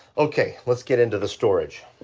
okay, let's get into the storage.